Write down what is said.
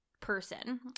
person